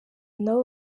nabo